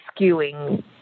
skewing